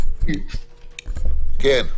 תודה.